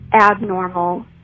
abnormal